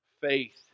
faith